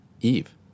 Eve